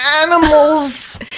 animals